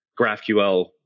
GraphQL